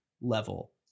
level